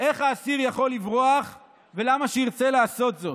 איך האסיר יכול לברוח ולמה שירצה לעשות זאת?